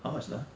how much lah